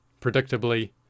predictably